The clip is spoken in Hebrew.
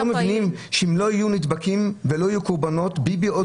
שלא יהיו נדבקים ולא יהיו קורבנות וביבי יכול